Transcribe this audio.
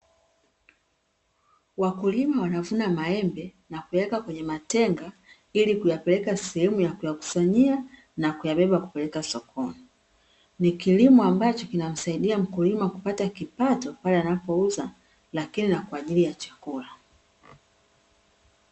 Wakulima wanavuna maembe na kuyaweka kwenye matenga, ili kuyapeleka sehemu ya kuyakusanyia na kuyabeba kupeleka sokoni. Ni kilimo ambacho kinamsaidia mkulima kupata kipato pale anapoouza, lakini na kwa ajili ya chakula.